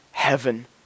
heaven